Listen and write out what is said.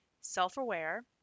self-aware